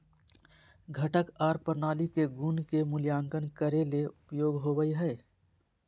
घटक आर प्रणाली के गुण के मूल्यांकन करे ले उपयोग होवई हई